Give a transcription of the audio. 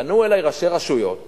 פנו אלי ראשי רשויות